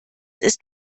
ist